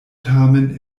tamen